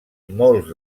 molts